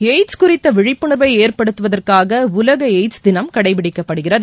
AIDS குறித்த விழிப்புணர்வை ஏற்படுத்துவதற்காக உலக எய்ட்ஸ் தினம் கடைப்பிடிக்கப்படுகிறது